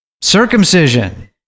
Circumcision